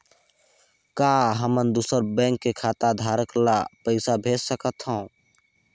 का हमन दूसर बैंक के खाताधरक ल पइसा भेज सकथ हों?